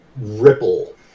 ripple